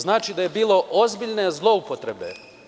Znači da je bilo ozbiljne zloupotrebe.